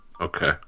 Okay